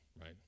right